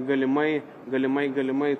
galimai galimai galimai